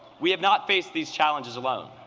we have not faced these challenges alone.